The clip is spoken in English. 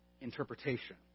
interpretation